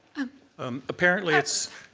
um apparently, it's